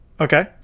Okay